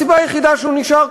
הסיבה היחידה שהוא נשאר,